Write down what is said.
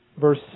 verse